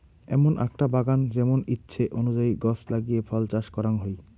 এমন আকটা বাগান যেমন ইচ্ছে অনুযায়ী গছ লাগিয়ে ফল চাষ করাং হই